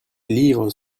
livres